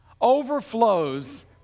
overflows